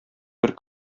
бер